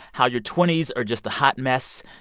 how your twenty s are just a hot mess,